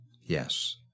yes